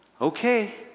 Okay